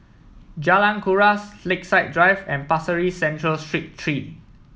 Jalan Kuras Lakeside Drive and Pasir Ris Central Street Three